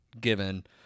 given